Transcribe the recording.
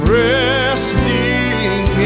resting